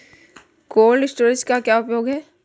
Cold storage का क्या उपयोग है?